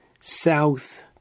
south